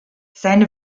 seine